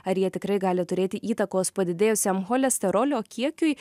ar jie tikrai gali turėti įtakos padidėjusiam cholesterolio kiekiui